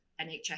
NHS